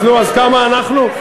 אז כמה אנחנו?